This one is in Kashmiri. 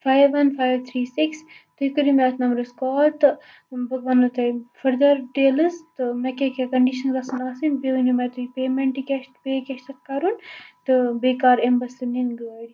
five one five three six تُہۍ کٔرِو مےٚ اتھ نَمرس کال تہٕ بہٕ وَنو تۄہہِ فردَر ڈِٹیلٕز تہٕ مےٚ کیاہ کیاہ کَنڈِشَنز گَژھَن آسٕنۍ بیٚیہِ ؤنِو مےٚ تُہۍ پےمنٹ کیاہ چھ پے کیاہ چھُ تَتھ کَرُن تہٕ بیٚیہِ کر یِمہٕ بہٕ سُہ نِنہِ گٲڑ